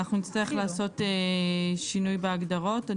אנחנו נצטרך לעשות שינוי בהגדרות.